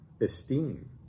esteem